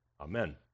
Amen